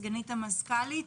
סגנית המזכ"לית,